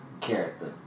character